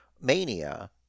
Mania